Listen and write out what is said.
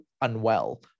unwell